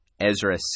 Ezra